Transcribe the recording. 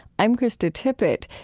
i'm krista tippett.